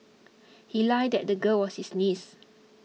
he lied that the girl was his niece